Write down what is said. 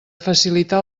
facilitar